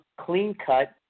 clean-cut